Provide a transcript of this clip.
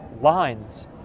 lines